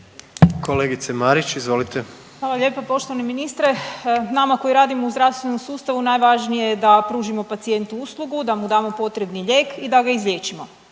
**Marić, Andreja (SDP)** Hvala lijepa poštovani ministre. Nama koji radimo u zdravstvenom sustavu najvažnije je da pružimo pacijentu uslugu, da mu damo potrebni lijek i da ga izliječimo.